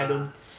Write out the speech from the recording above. ah